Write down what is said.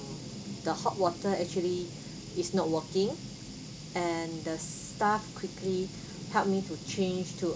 the hot water actually is not working and the staff quickly help me to change to